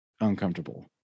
uncomfortable